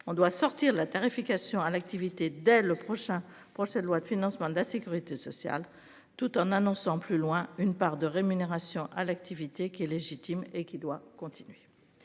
on doit sortir la tarification à l'activité dès le prochain projet de loi de financement de la Sécurité sociale tout en annonçant plus loin une part de rémunération à l'activité qui est légitime et qui doit continuer.